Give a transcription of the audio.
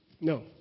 No